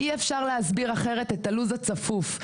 אי אפשר להסביר אחרת את הלו"ז הצפוף.